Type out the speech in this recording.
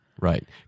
Right